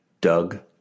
Doug